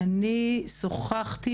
שוחחתי